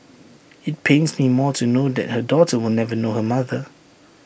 IT pains me more to know that her daughter will never know her mother